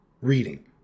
Reading